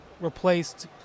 replaced